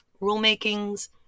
rulemakings